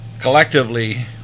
collectively